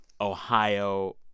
Ohio